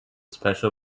special